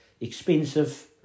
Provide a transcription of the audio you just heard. expensive